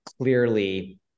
clearly